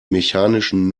mechanischen